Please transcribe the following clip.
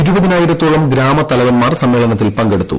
ഇരുപതിനായിരത്തോളം ഗ്രാമത്തലവന്മാർ സമ്മേളനത്തിൽ പങ്കെടുത്തു